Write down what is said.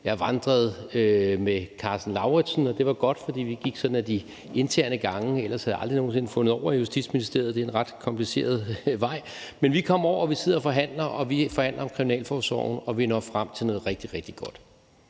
Jeg vandrede med Karsten Lauritzen, og det var godt, for vi gik af de interne gange. Ellers havde jeg aldrig nogen sinde fundet over i Justitsministeriet. Det er en ret kompliceret vej. Men vi kom derover, og vi sidder og forhandler. Vi forhandler om kriminalforsorgen, og vi når frem til noget rigtig, rigtig godt.